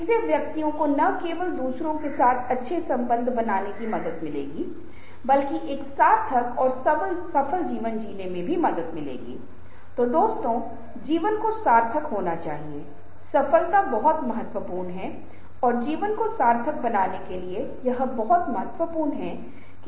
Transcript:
इसलिए परिपक्व व्यक्ति के लिए ऐसी सभी चीजें निश्चित रूप से आवश्यक हैं और जो लोग पारिवारिक जीवन में भी पेशेवर जीवन में ज़िम्मेदार पद संभाले हुए हैं क्योंकि स्थिति तब आती है जब हम अपनी ज़ुबान पर नियंत्रण खो देते हैं हम अपने मन में आने वाली चीज़ों को बोलना शुरू करते हैं हम सिर्फ पश्चाताप करते हैं और पश्चाताप करते हैं